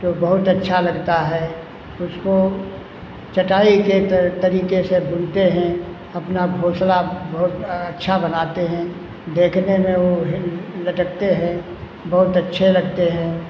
तो बहुत अच्छा लगता है उसको चटाई के तरीके से बुनते हैं अपना घोंसला अच्छा बनाते हैं देखने में वो है लटकते हैं बहुत अच्छे लगते हैं